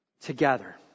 together